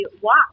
walk